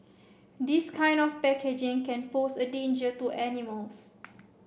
this kind of packaging can pose a danger to animals